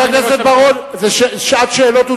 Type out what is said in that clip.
אדוני ראש הממשלה,